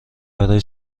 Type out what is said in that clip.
برای